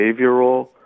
behavioral